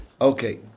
Okay